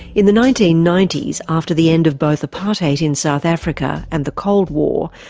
in the nineteen ninety s, after the end of both apartheid in south africa and the cold war,